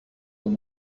when